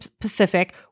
Pacific